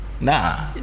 nah